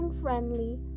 friendly